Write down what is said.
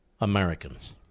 Americans